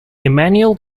emmanuel